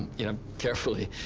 you know, carefully.